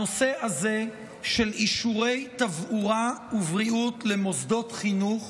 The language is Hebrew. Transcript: הנושא הזה של אישורי תברואה ובריאות למוסדות חינוך